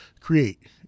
create